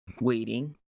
waiting